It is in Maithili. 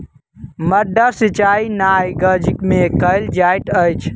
माद्दा सिचाई नाइ गज में कयल जाइत अछि